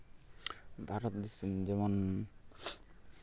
ᱵᱷᱟᱨᱚᱛ ᱫᱤᱥᱚᱢ ᱡᱮᱢᱚᱱ